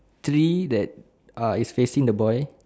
three that are is facing the boy